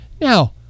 Now